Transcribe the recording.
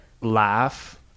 laugh